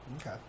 Okay